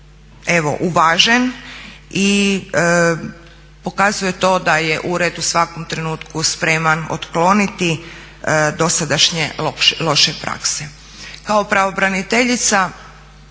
uvažen i pokazuje to da je ured u svakom trenutku spreman otkloniti dosadašnje loše prakse. Kao pravobraniteljica